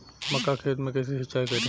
मका के खेत मे कैसे सिचाई करी?